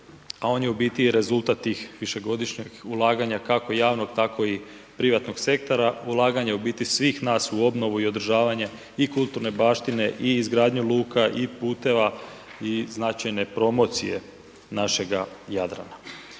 a on je u biti i rezultat tih višegodišnjih ulaganja kako javnog tako i privatnog sektora, ulaganja u biti svih nas u obnovu i održavanje i kulturne baštine i izgradnje luka i puteva i značajne promocije našega Jadrana.